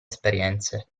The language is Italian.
esperienze